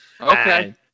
okay